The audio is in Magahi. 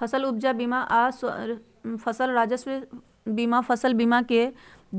फसल उपजा बीमा आऽ फसल राजस्व बीमा फसल बीमा के